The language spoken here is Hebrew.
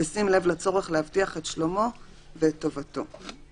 בשים לב לצורך להבטיח את שלומו ואת טובתו.